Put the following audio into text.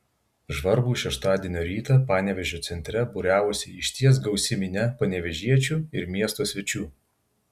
žvarbų šeštadienio rytą panevėžio centre būriavosi išties gausi minia panevėžiečių ir miesto svečių